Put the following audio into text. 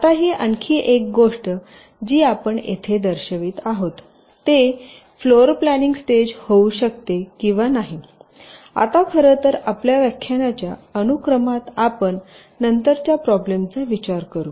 आता ही आणखी एक गोष्ट जी आपण येथे दर्शवित आहोत ते फ्लोर प्लॅनिंग स्टेज होऊ शकते किंवा नाहीआता खरं तर आपल्या व्याख्यानाच्या अनुक्रमात आपण नंतरच्या प्रॉब्लेम चा विचार करू